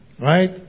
Right